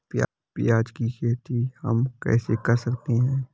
प्याज की खेती हम कैसे कर सकते हैं?